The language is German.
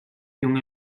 junge